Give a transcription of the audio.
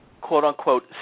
quote-unquote